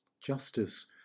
Justice